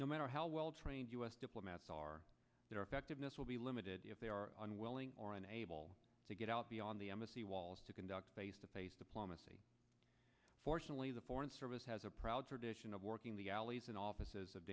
no matter how well trained u s diplomats are there effectiveness will be limited if they are unwilling or unable to get out beyond the embassy walls to conduct face to face the plum a city fortunately the foreign service has a proud tradition of working the alleys and offices of